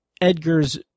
Edgar's